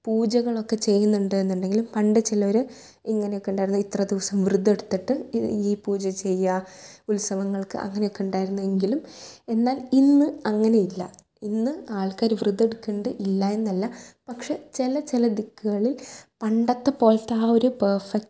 പൂജകളൊക്കെ ചെയ്യുന്നുണ്ട് എന്നുണ്ടെങ്കിലും പണ്ട് ചിലർ ഇങ്ങനെ ഒക്കെ ഉണ്ടായിരുന്നു ഇത്ര ദിവസം വ്രതം എടുത്തിട്ട് ഈ പൂജ ചെയ്യുക ഉത്സവങ്ങൾക്ക് അങ്ങനെ ഒക്കെ ഉണ്ടായിരുന്നു എങ്കിലും എന്നാൽ ഇന്ന് അങ്ങനെ ഇല്ല ഇന്ന് ആൾക്കാർ വ്രതം എടുക്കുന്നുണ്ട് ഇല്ല എന്നല്ല പക്ഷേ ചില ചില ദിക്കുകളിൽ പണ്ടത്തെ പോലത്തെ ആ ഒരു പെർഫക്റ്റ്